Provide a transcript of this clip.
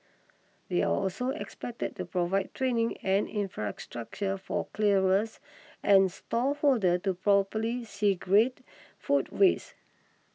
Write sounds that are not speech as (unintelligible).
they are also expected to provide training and infrastructure for (unintelligible) and stall holders to properly segregate food waste